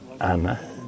Anna